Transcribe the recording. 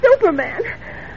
Superman